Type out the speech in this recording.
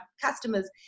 customers